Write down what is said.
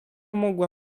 mogła